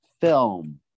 film